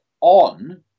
on